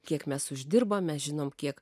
kiek mes uždirbam mes žinom kiek